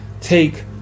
take